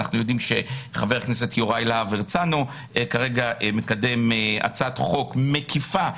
אנחנו יודעים שחבר הכנסת יוראי להב הרצנו כרגע מקדם הצעת חוק מקיפה,